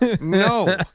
No